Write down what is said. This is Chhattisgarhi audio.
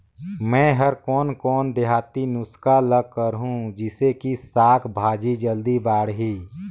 मै हर कोन कोन देहाती नुस्खा ल करहूं? जिसे कि साक भाजी जल्दी बाड़ही?